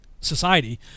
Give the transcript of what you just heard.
society